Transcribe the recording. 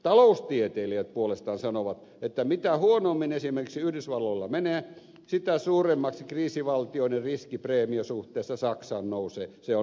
taloustieteilijät puolestaan sanovat että mitä huonommin esimerkiksi yhdysvalloilla menee sitä suuremmaksi kriisivaltioiden riskipreemio suhteessa saksaan nousee se on